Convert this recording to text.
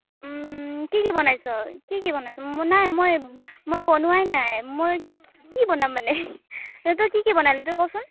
কি কি বনাইছ কি কি বনাইছ মই নাই মই মই বনোৱাই নাই মই কি বনাম মানে তই কি কি বনালি তই কচোন